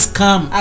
come